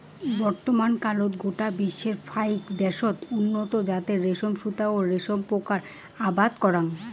বর্তমানকালত গোটা বিশ্বর ফাইক দ্যাশ উন্নত জাতের রেশম সুতা ও রেশম পোকার আবাদ করাং